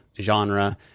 genre